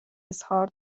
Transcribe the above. اظهار